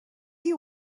you